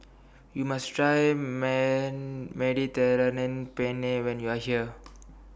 YOU must Try Mediterranean Penne when YOU Are here